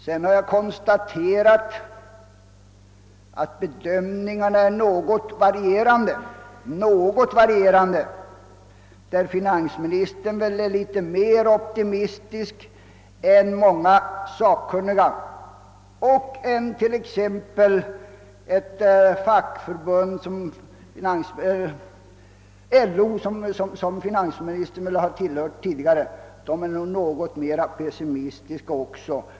Jag har vidare konstaterat att bedömningarna är något varierande. Finansministern är nog litet mer optimistisk än många sakkunniga och än t.ex. LO, där finansministern väl tidigare varit medlem. LO förefaller ha en något mer pessimistisk inställning än finansministern har.